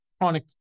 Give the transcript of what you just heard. chronic